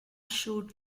showed